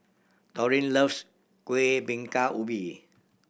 Doreen loves Kuih Bingka Ubi